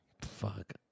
Fuck